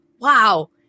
Wow